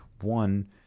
one